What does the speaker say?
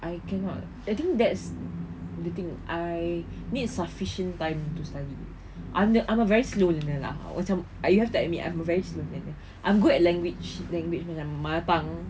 I cannot I think that's the thing I need sufficient time to study I'm the I'm a very slow learner lah macam you have to admit I'm a very slow learner I'm good at language language macam mother tongue